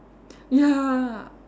ya